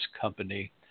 company